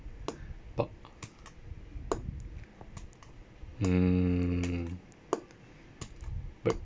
but hmm but